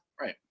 Right